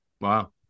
Wow